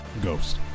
ghost